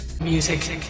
Music